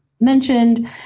mentioned